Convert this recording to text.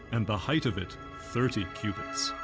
and the height of it thirty cubits.